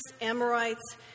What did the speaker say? Amorites